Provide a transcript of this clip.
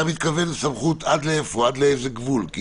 עד איזה גבול?